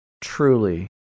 Truly